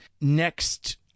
next